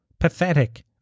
Pathetic